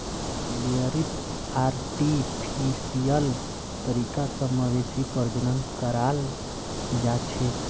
डेयरीत आर्टिफिशियल तरीका स मवेशी प्रजनन कराल जाछेक